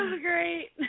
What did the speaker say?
great